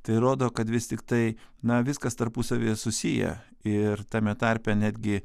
tai rodo kad vis tiktai na viskas tarpusavyje susiję ir tame tarpe netgi